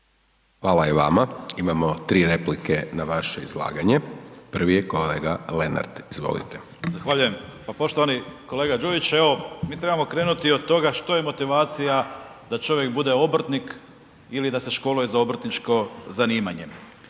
Hvala i vama. Imamo tri replike na vaše izlaganje, prvi je kolega Lenart, izvolite. **Lenart, Željko (HSS)** Zahvaljujem. Poštovani kolega Đujić, evo mi trebamo krenuti o toga što je motivacija da čovjek bude obrtnik ili da se školuje za obrtničko zanimanje.